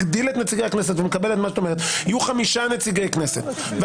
מגדיל את נציגי הכנסת ומקבל את מה שאת אומרת,